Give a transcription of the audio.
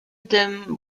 dem